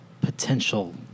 potential